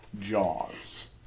Jaws